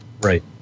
Right